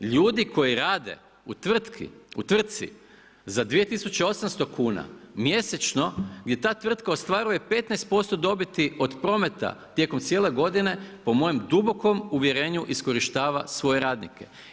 Ljudi koji rade u tvrtki za 2018 kn mjesečno, gdje ta tvrtka ostvaruje 15% dobiti od prometa tijekom cijele godine, po mojem dubokom uvjerenju iskorištava svoje radnike.